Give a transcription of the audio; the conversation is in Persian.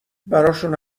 براشون